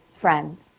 friends